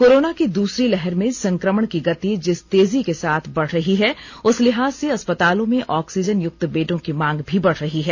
corona की दूसरी लहर में संक्रमण की गति जिस तेजी के साथ बढ़ रही है उस लिहाज से अस्पतालों में ऑक्सीजन युक्त बेडों की मांग भी बढ़ रही है